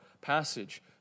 passage